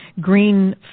green